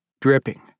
Dripping